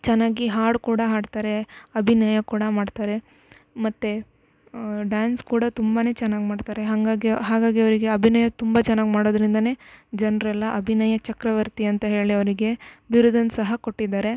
ಚೆನ್ನಾಗಿ ಹಾಡೂ ಕೂಡ ಹಾಡ್ತಾರೆ ಅಭಿನಯ ಕೂಡ ಮಾಡ್ತಾರೆ ಮತ್ತು ಡಾನ್ಸ್ ಕೂಡ ತುಂಬ ಚೆನ್ನಾಗಿ ಮಾಡ್ತಾರೆ ಹಾಗಾಗಿ ಹಾಗಾಗಿ ಅವರಿಗೆ ಅಭಿನಯ ತುಂಬ ಚೆನ್ನಾಗಿ ಮಾಡೋದ್ರಿಂದಲೆ ಜನರೆಲ್ಲ ಅಭಿನಯ ಚಕ್ರವರ್ತಿ ಅಂತ ಹೇಳಿ ಅವರಿಗೆ ಬಿರುದನ್ನು ಸಹ ಕೊಟ್ಟಿದ್ದಾರೆ